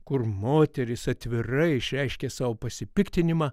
kur moterys atvirai išreiškė savo pasipiktinimą